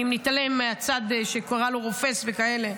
אם נתעלם מהצד שקרא לו "רופס" וכאלה,